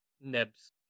Neb's